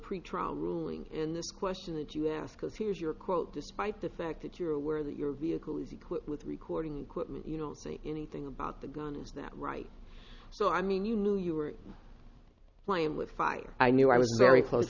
pretrial ruling in this question that you asked was here's your quote despite the fact that you're aware that your vehicle is equipped with recording equipment you know anything about the gun is that right so i mean you knew you were playing with fire i knew i was very close